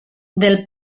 del